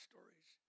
Stories